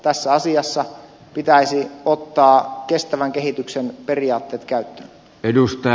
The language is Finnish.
tässä asiassa pitäisi ottaa kestävän kehityksen periaatteet käyttöön